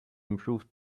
improved